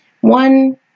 one